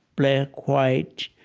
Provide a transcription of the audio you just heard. black, white,